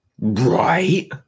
right